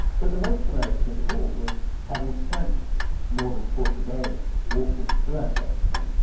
but the most dramatic thing of all was having spent more than forty days walking through afghanistan,